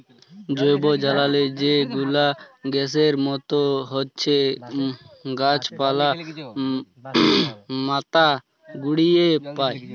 জৈবজ্বালালি যে গুলা গ্যাসের মত হছ্যে গাছপালা, পাতা পুড়িয়ে পায়